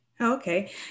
Okay